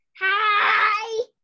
Hi